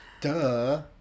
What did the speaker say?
Duh